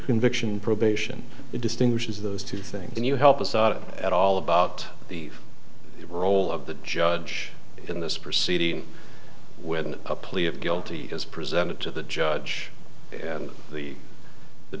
conviction probation distinguishes those two things and you help us out at all about the role of the judge in this proceeding with a plea of guilty as presented to the judge and the the